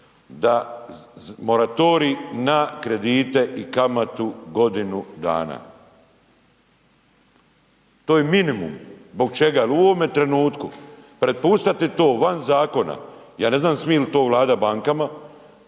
da moratorij na kredite i kamatu godinu dana. to je minimum. Zbog čega? Jer u ovome trenutku prepuštati to van zakona, ja ne znam jel smije to Vlada bankama,